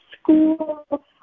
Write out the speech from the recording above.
school